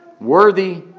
Worthy